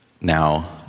Now